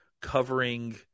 covering